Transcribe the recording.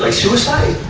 like suicide?